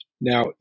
Now